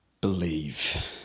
believe